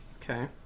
Okay